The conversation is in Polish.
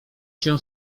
się